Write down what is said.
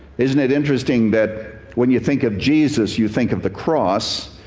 isn't it interesting that when you think of jesus, you think of the cross?